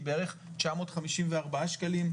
שהיא 1,050 שקלים.